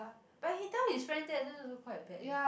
but he tell his friends that then also quite bad eh